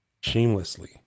shamelessly